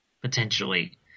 potentially